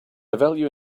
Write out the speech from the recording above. value